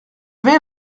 vais